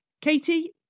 Katie